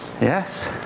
Yes